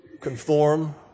conform